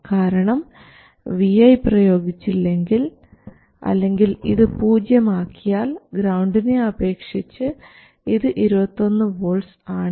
കാരണം vi പ്രയോഗിച്ചില്ലെങ്കിൽ അല്ലെങ്കിൽ ഇത് 0 ആക്കിയാൽ ഗ്രൌണ്ടിനെ അപേക്ഷിച്ച് ഇത് 21 വോൾട്ട്സ് ആണ്